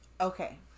Okay